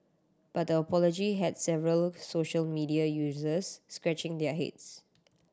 but the apology had several social media users scratching their heads